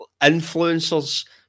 influencers